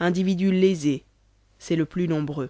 individus lésés c'est le plus nombreux